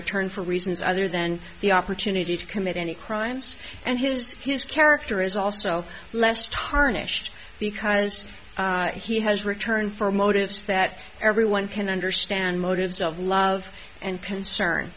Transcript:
return for reasons other than the opportunity to commit any crimes and his to his character is also less tarnished because he has returned for motives that everyone can understand motives of love and concern